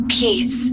peace